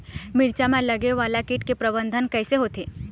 मिरचा मा लगे वाला कीट के प्रबंधन कइसे होथे?